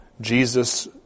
Jesus